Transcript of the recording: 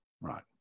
right